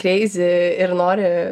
kreizi ir nori